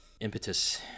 impetus